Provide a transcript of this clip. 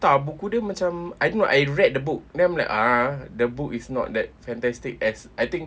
tak buku dia macam I know I read the book then I'm like ah the book is not that fantastic as I think